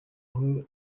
aho